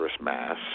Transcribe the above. mass